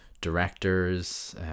directors